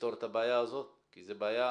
ולפתור את הבעיה הזאת כי זאת בעיה